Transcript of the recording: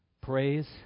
Praise